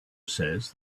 says